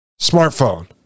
smartphone